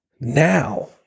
Now